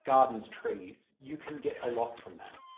gardens, trees, you can get a lot from that.